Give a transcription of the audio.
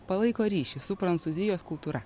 palaiko ryšį su prancūzijos kultūra